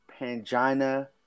Pangina